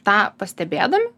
tą pastebėdami